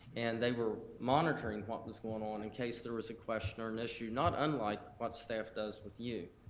and they were monitoring what was going on in case there was a question or an issue, not unlike what staff does with you.